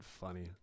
funny